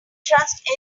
trust